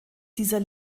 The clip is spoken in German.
dieser